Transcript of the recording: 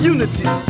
Unity